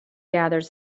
gathered